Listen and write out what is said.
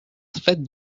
fête